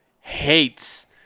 hates